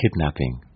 kidnapping